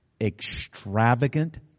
Extravagant